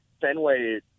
Fenway